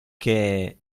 che